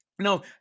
No